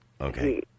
Okay